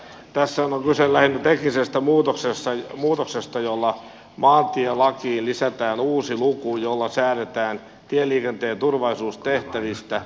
tässähän on kyse lähinnä teknisestä muutoksesta jolla maantielakiin lisätään uusi luku jolla säädetään tieliikenteen turvallisuustehtävistä ja niiden vastuuviranomaisista